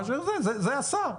זה השר.